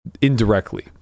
Indirectly